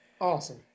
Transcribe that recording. Awesome